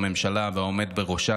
הממשלה והעומד בראשה,